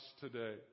today